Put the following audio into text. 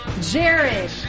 Jared